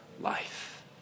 life